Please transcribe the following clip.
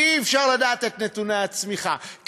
כי אי-אפשר לדעת את נתוני הצמיחה,